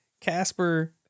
Casper